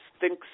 thinks